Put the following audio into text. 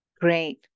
Great